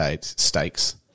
stakes